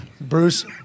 Bruce